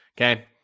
okay